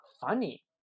funny